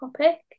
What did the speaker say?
topic